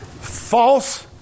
false